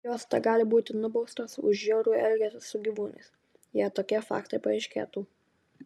jos tegali būti nubaustos už žiaurų elgesį su gyvūnais jei tokie faktai paaiškėtų